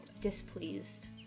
displeased